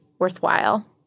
worthwhile